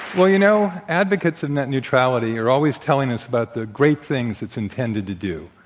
well, you know, advocates of net neutrality are always telling us about the great things its intended to do,